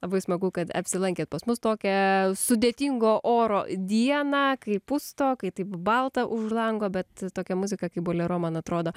labai smagu kad apsilankėt pas mus tokią sudėtingo oro dieną kai pusto kai taip balta už lango bet tokia muzika kaip bolero man atrodo